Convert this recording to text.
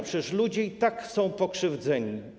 Przecież ludzie i tak są pokrzywdzeni.